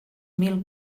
mil